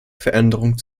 veränderung